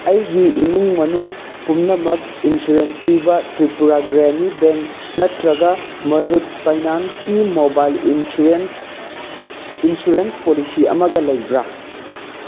ꯑꯩꯒꯤ ꯏꯃꯨꯡ ꯃꯅꯨꯡ ꯄꯨꯝꯅꯃꯛ ꯏꯟꯁꯨꯔꯦꯟꯁ ꯄꯤꯕ ꯇ꯭ꯔꯤꯄꯨꯔꯥ ꯒ꯭ꯔꯥꯃꯤ ꯕꯦꯡꯛ ꯅꯠꯇ꯭ꯔꯒ ꯃꯍꯨꯠ ꯐꯩꯅꯥꯟꯁꯀꯤ ꯃꯣꯕꯥꯏꯜ ꯏꯟꯁꯨꯔꯦꯟꯁ ꯏꯟꯁꯨꯔꯦꯟꯁ ꯄꯣꯂꯤꯁꯤ ꯑꯃꯒ ꯂꯩꯕ꯭ꯔꯥ